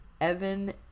Evan